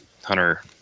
Hunter